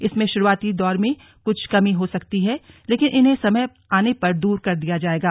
इसमें शुरुआती दौर में कुछ कमी हो सकती है लेकिन इन्हें समय आने पर दूर कर दिया जाएगा